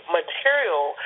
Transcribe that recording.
material